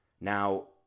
Now